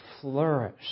flourish